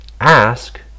ask